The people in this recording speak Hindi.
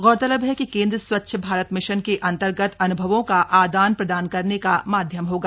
यह केन्द्र स्वच्छ भारत मिशन के अंतर्गत अनुभवों का आदान प्रदान करने का माध्यम होगा